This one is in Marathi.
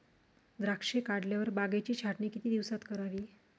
द्राक्षे काढल्यावर बागेची छाटणी किती दिवसात करावी?